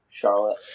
charlotte